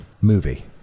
movie